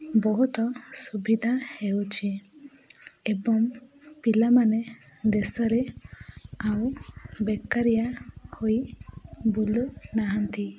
ବହୁତ ସୁବିଧା ହେଉଛି ଏବଂ ପିଲାମାନେ ଦେଶରେ ଆଉ ବେକାରିଆ ହୋଇ ବୁଲୁ ନାହାନ୍ତି